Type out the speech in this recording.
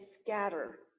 scatter